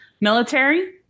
military